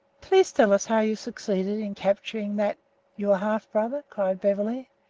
please tell us how you succeeded in capturing that your half-brother, cried beverly,